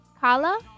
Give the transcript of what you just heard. Kala